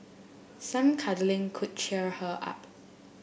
some cuddling could cheer her up